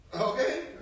Okay